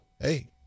Hey